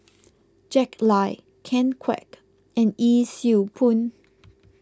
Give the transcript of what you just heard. Jack Lai Ken Kwek and Yee Siew Pun